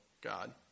God